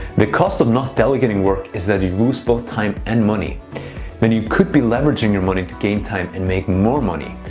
the cost of not delegating work is that you lose both time and money when you could be leveraging your money to gain time and make more money.